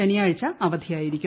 ശനിയാഴ്ച അവധിയായിരിക്കും